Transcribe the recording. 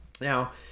Now